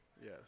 Yes